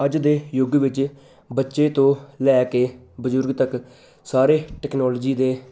ਅੱਜ ਦੇ ਯੁੱਗ ਵਿੱਚ ਬੱਚੇ ਤੋਂ ਲੈ ਕੇ ਬਜ਼ੁਰਗ ਤੱਕ ਸਾਰੇ ਟੈਕਨੋਲੋਜੀ ਦੇ